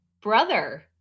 brother